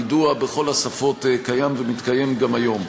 היידוע בכל השפות קיים ומתקיים גם היום.